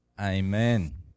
amen